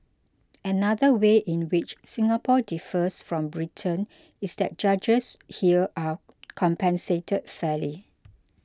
another way in which Singapore differs from Britain is that judges here are compensated fairly